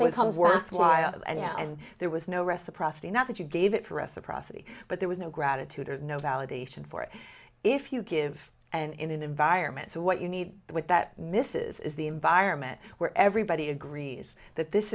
was homes worthwhile and there was no reciprocity not that you gave it for reciprocity but there was no gratitude or no validation for it if you give and in an environment so what you need with that mrs is the environment where everybody agrees that this